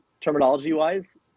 terminology-wise